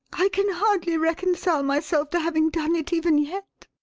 i can hardly reconcile myself to having done it even yet,